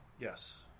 Yes